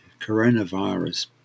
coronavirus